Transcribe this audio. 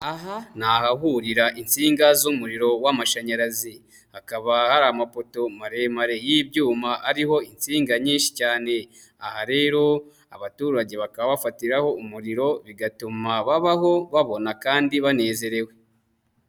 Aha ni ahahurira insinga z'umuriro w'amashanyarazi, hakaba hari amapoto maremare y'ibyuma ariho insinga nyinshi cyane, aha rero abaturage bakabafatiraho umuriro bigatuma babaho babona kandi banezerewe.